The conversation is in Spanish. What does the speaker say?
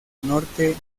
norte